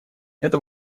это